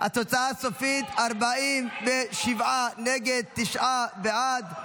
התוצאה הסופית: 47 נגד, תשעה בעד.